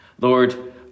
Lord